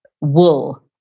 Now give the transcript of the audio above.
wool